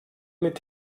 mit